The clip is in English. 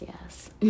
yes